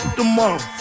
tomorrow